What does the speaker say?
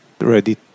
ready